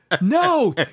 No